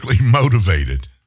motivated